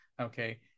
okay